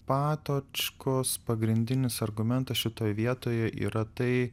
patočkos pagrindinis argumentas šitoj vietoje yra tai